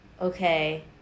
okay